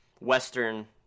Western